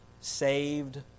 Saved